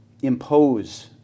Impose